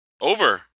over